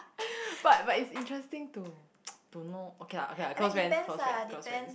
but but it's interesting to to know okay lah okay lah close friends close friends close friends